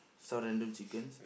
some random chickens